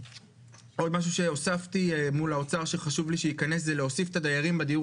עוד משהו שהוספתי מול האוצר שחשוב לי שייכנס זה להוסיף את הדיירים מהדיור